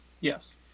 yes